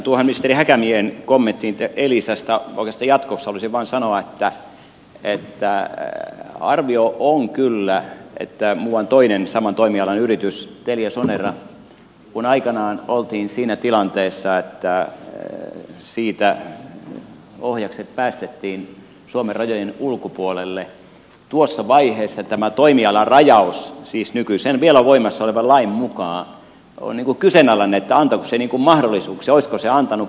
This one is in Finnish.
tuohon ministeri häkämiehen kommenttiin elisasta oikeastaan jatkoksi haluaisin vaan sanoa että arvio on kyllä muuan toisen saman toimialan yrityksen teliasoneran kohdalla kun aikanaan oltiin siinä tilanteessa että siitä ohjakset päästettiin suomen rajojen ulkopuolelle se että tuossa vaiheessa tämä toimialan rajaus siis nykyisen vielä voimassa olevan lain mukaan on kyseenalainen antoiko se mahdollisuuksia olisiko se antanut puuttua